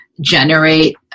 generate